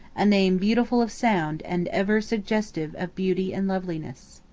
a name beautiful of sound and ever suggestive of beauty and loveliness.